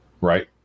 Right